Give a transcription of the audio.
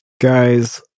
Guys